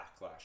backlash